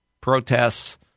protests